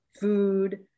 food